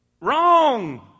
Wrong